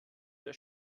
der